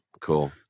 Cool